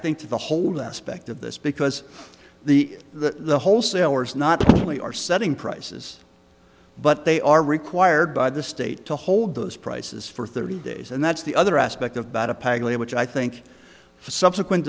think to the whole aspect of this because the the the wholesalers not only are setting prices but they are required by the state to hold those prices for thirty days and that's the other aspect of battipaglia which i think subsequent